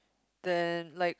then like